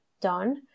done